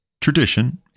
tradition